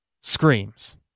screams